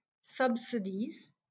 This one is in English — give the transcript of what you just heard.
subsidies